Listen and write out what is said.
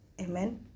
Amen